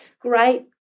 great